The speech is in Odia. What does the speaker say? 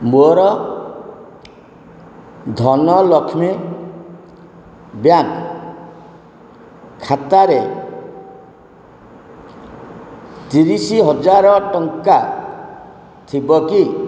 ମୋର ଧନଲକ୍ଷ୍ମୀ ବ୍ୟାଙ୍କ୍ ଖାତାରେ ତିରିଶି ହଜାର ଟଙ୍କା ଥିବ କି